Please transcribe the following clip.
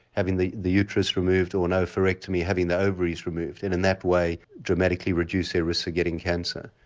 having the the uterus removed, or an ovarectomy, having the ovaries removed and in that way dramatically reduce their risk of getting cancer.